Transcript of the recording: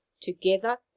Together